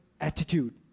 attitude